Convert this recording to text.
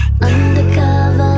Undercover